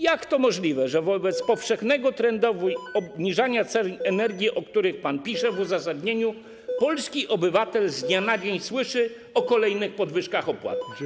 Jak to możliwe, że wobec powszechnego trendu obniżania cen energii, o którym pan pisze w uzasadnieniu, polski obywatel z dnia na dzień słyszy o kolejnych podwyżkach opłat?